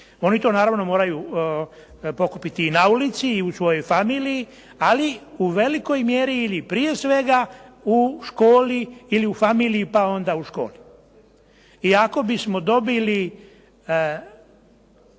oni to naravno moraju pokupiti i na ulici i u svojoj familiji. Ali u velikoj mjeri ili prije svega u školi ili u familiji pa onda u školi. I ako bismo dobili